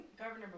governor